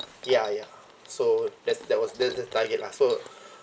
ya ya so that's that was the the target lah so